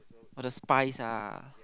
oh the Spize ah